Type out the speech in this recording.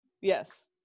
Yes